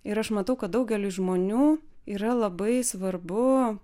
ir aš matau kad daugeliui žmonių yra labai svarbu